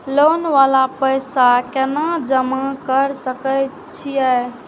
Loan वाला पैसा केना जमा कर सके छीये?